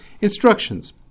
Instructions